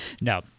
No